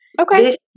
Okay